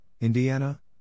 Indiana